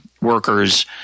workers